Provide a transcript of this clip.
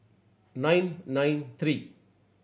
nine nine three